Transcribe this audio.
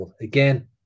Again